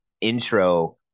intro